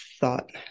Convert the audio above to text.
thought